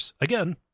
again